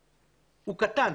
הוא קטן.